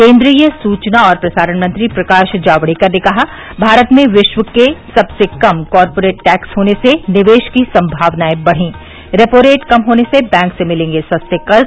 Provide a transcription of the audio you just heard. केन्द्रीय सूचना और प्रसारण मंत्री प्रकाश जावड़ेकर ने कहा भारत में विश्व के सबसे कम कॉरपोरेट टैक्स होने से निवेश की संभावनाएं बढ़ी रेपोरेट कम होने से बैंक से मिलेंगे सस्ते कर्ज